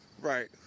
Right